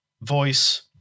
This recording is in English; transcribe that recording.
voice